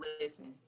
listen